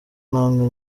namwe